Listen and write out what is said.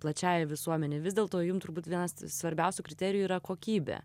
plačiajai visuomenei vis dėlto jum turbūt vienas svarbiausių kriterijų yra kokybė